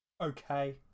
Okay